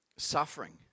suffering